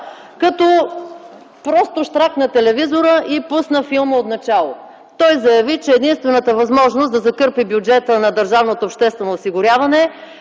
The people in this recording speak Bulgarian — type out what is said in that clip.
като просто щракна телевизора и пусна филма отначало. Той заяви, че единствената възможност да закърпи бюджета на държавното обществено осигуряване е